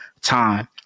time